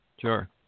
Sure